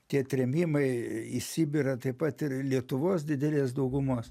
tie trėmimai į sibirą taip pat ir lietuvos didelės daugumos